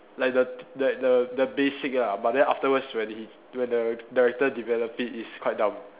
like the the the the basic ah but then afterwards when he when the director develop it it's quite dumb